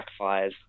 backfires